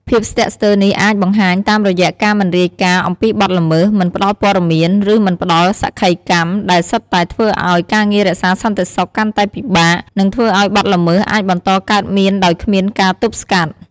ភាពស្ទាក់ស្ទើរនេះអាចបង្ហាញតាមរយៈការមិនរាយការណ៍អំពីបទល្មើស មិនផ្តល់ព័ត៌មាន ឬមិនផ្តល់សក្ខីកម្ម ដែលសុទ្ធតែធ្វើឲ្យ ការងាររក្សាសន្តិសុខកាន់តែពិបាក និងធ្វើឲ្យបទល្មើសអាចបន្តកើតមានដោយគ្មានការទប់ស្កាត់។